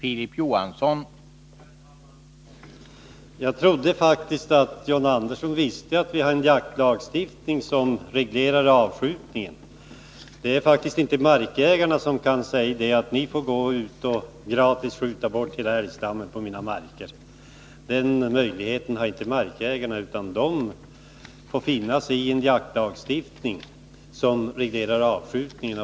Herr talman! Jag trodde faktiskt att John Andersson visste att vi har en jaktlagstiftning som reglerar avskjutningen. Det är faktiskt inte markägarna som kan säga: Ni kan gå ut och gratis skjuta bort hela älgstammen på mina marker. Den möjligheten har inte markägarna, utan de får finna sig i en jaktlagstiftning som reglerar avskjutningen.